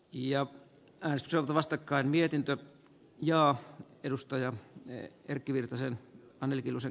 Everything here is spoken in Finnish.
ja naiselta vastakkain mietintö ja edustaja erkki arvoisa puhemies